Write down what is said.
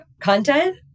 content